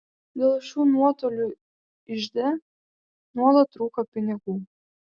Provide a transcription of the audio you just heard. dėl šių nuotolių ižde nuolat trūko pinigų